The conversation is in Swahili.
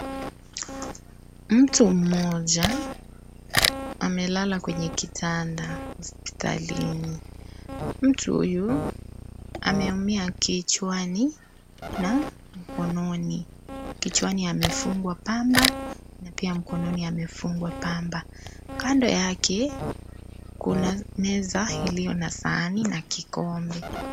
Mtu mmoja amelala kwenye kitanda hospitalini. Mtu huyu ameumia kichwani na mkononi. Kichwani amefungwa pamba na pia mkononi amefungwa pamba. Upande wae kuna meza iliyo na sahani na kikombe.